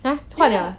!huh! 换了 ah